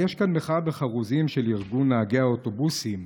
יש כאן מחאה בחרוזים של ארגון נהגי האוטובוסים: